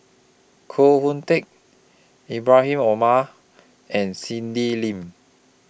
Koh Hoon Teck Ibrahim Omar and Cindy Lim